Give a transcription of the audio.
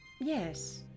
Yes